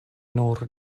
nur